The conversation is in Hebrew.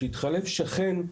כשהתחלף שכן,